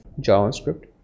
javascript